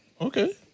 Okay